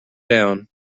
down